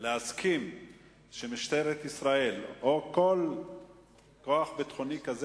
להסכים שמשטרת ישראל או כל כוח ביטחוני כזה